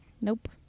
Nope